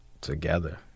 together